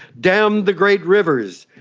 dammed the great rivers,